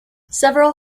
several